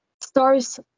stars